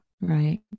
Right